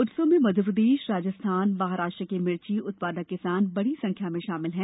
उत्सव में मध्यप्रदेश राजस्थान महाराष्ट्र के मिर्ची उत्पादक किसान बड़ी संख्या में उपस्थित हैं